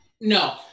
No